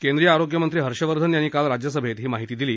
केंद्रीय आरोग्य मंत्री हर्षवर्धन यांनी काल राज्यसभेत ही माहिती दिली